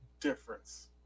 difference